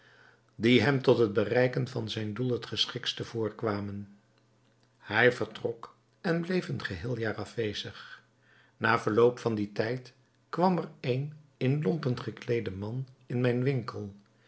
die hem tot het bereiken van zijn doel het geschiktste voorkwamen hij vertrok en bleef een geheel jaar afwezig na verloop van dien tijd kwam er een in lompen gekleede man in mijn winkel